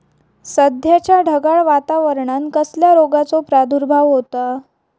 सध्याच्या ढगाळ वातावरणान कसल्या रोगाचो प्रादुर्भाव होता?